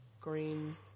green